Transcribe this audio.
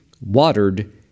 watered